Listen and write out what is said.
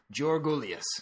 Jorgulius